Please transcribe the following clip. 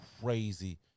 crazy